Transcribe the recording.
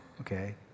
okay